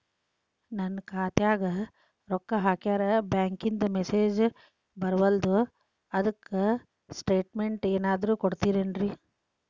ನನ್ ಖಾತ್ಯಾಗ ರೊಕ್ಕಾ ಹಾಕ್ಯಾರ ಬ್ಯಾಂಕಿಂದ ಮೆಸೇಜ್ ಬರವಲ್ದು ಅದ್ಕ ಸ್ಟೇಟ್ಮೆಂಟ್ ಏನಾದ್ರು ಕೊಡ್ತೇರೆನ್ರಿ?